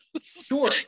sure